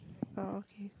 oh okay